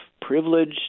privilege